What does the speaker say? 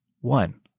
One